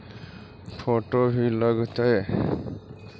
Photo भी लग तै?